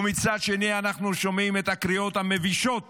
ומצד שני אנחנו שומעים את הקריאות המבישות